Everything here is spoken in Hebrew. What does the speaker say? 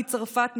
מצרפת,